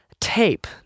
tape